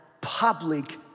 public